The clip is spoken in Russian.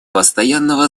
постоянно